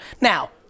Now